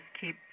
keep